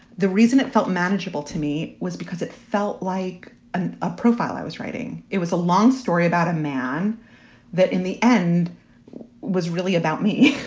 the reason it felt manageable to me was because it felt like and a profile i was writing. it was a long story about a man that in the end was really about me